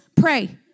Pray